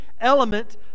element